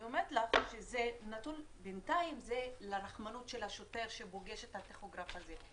אני אומרת לך שבינתיים זה נתון לרחמנות של השוטר שפוגש את הטכוגרף הזה.